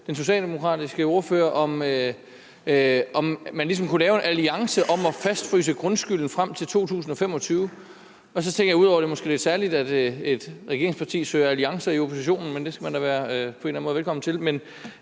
den socialdemokratiske ordfører, om man ligesom kunne lave en alliance om at fastfryse grundskylden frem til 2025. Og der undrer det mig – ud over det måske lidt særlige i at et regeringsparti søger alliancer i oppositionen, men det skal man da på en eller anden måde være velkommen til